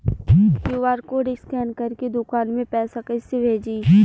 QR code scan करके दुकान में पैसा कइसे भेजी?